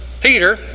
Peter